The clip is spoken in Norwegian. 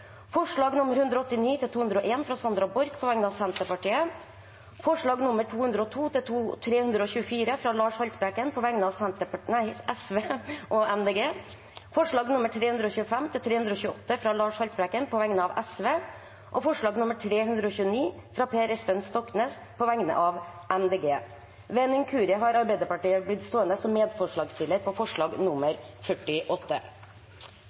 fra Sandra Borch på vegne av Senterpartiet forslagene nr. 202–324, fra Lars Haltbrekken på vegne av Sosialistisk Venstreparti og Miljøpartiet De Grønne forslagene nr. 325–328, fra Lars Haltbrekken på vegne av Sosialistisk Venstreparti forslag nr. 329, fra Per Espen Stoknes på vegne av Miljøpartiet De Grønne Ved en inkurie har Arbeiderpartiet blitt stående som medforslagsstiller til forslag nr. 48.